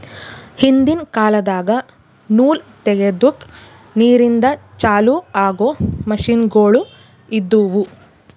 ಹಿಂದಿನ್ ಕಾಲದಾಗ ನೂಲ್ ತೆಗೆದುಕ್ ನೀರಿಂದ ಚಾಲು ಆಗೊ ಮಷಿನ್ಗೋಳು ಇದ್ದುವು